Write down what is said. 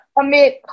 amid